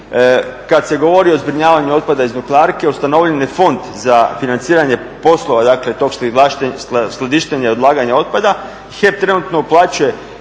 Kad se govori o zbrinjavanju otpada iz nuklearke ustanovljen je fond za financiranje poslova dakle tog skladištenja i odlaganja otpada. HEP trenutno uplaćuje